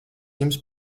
jums